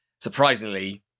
Surprisingly